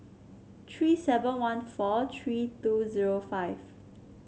tree seven one four tree two zero five